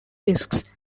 risks